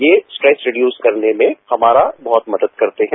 ये stress reduce करने में हमारा बहुत मदद करते हैं